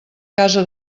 casa